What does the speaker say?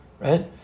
right